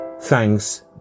Thanks